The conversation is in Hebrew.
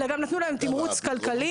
אלא גם נתנו להם תמרוץ כלכלי.